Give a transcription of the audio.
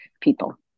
people